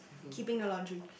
keeping the laundry